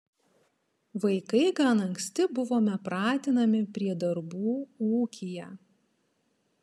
vaikai gan anksti buvome pratinami prie darbų ūkyje